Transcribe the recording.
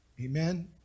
Amen